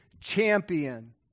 champion